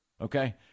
okay